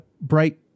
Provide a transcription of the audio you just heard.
bright